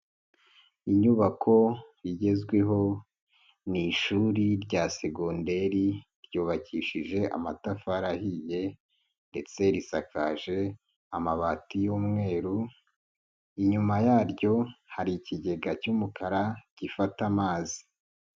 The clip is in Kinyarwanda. Inyubako igezweho, ni ishuri rya segonderi ryubakishije amatafari ahiye, ndetse risakaje amabati y'umweru, inyuma yaryo hari ikigega cy'umukara gifata amazi.